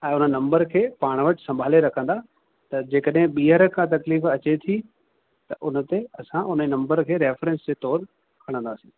ऐं उन नम्बर खे पाण वटि सम्भाले रखंदा त जे कॾहिं ॿीहर का तकलीफ़ अचे थी त उनते असां उन नम्बर खे रेफरेंस जे तौरु खणंदासी